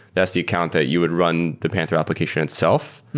that's the account that you would run the panther application itself,